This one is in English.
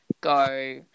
go